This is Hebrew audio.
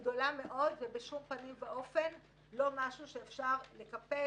אני מודאגת מאוד ממה שאמרת כאן,